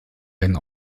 werden